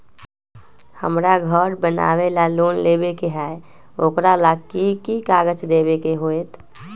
हमरा घर बनाबे ला लोन लेबे के है, ओकरा ला कि कि काग़ज देबे के होयत?